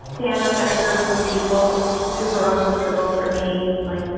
stand up in a group of people was super uncomfortable for me, like,